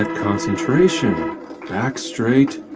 ah concentration backs straight,